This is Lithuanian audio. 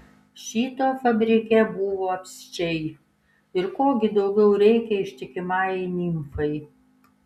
šito fabrike buvo apsčiai ir ko gi daugiau reikia ištikimajai nimfai